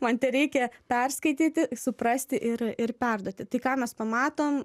man tereikia perskaityti suprasti ir ir perduoti tai ką mes pamatom